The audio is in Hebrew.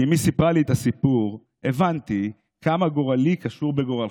כשאימי סיפרה לי את הסיפור הבנתי כמה גורלי קשור בגורלך,